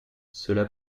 cela